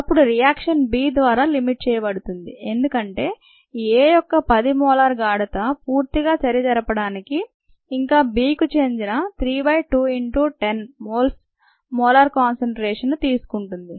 అప్పుడు reaction B ద్వారా limit చేయబడుతుంది ఎందుకంటే A యొక్క 10 మోలార్ గాఢత పూర్తిగా చర్య జరపడానికి ఇంకా Bకు చెందిన 3210 మోల్స్ మోలార్ కాన్సన్ట్రేషన్ ను తీసుకుంటుంది